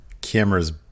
camera's